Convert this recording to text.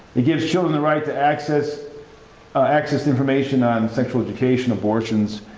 it gives children the right to access access information on sexual education, abortions,